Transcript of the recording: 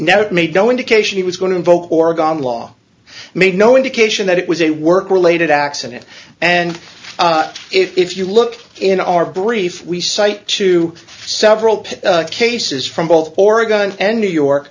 it made no indication he was going to invoke oregon law made no indication that it was a work related accident and if you look in our brief we cite to several cases from both oregon and new york